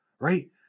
right